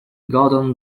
gordon